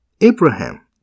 Abraham